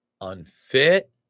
unfit